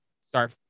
start